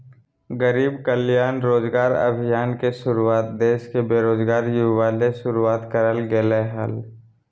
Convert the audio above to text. गरीब कल्याण रोजगार अभियान के शुरुआत देश के बेरोजगार युवा ले शुरुआत करल गेलय हल